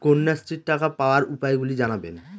কন্যাশ্রীর টাকা পাওয়ার উপায়গুলি জানাবেন?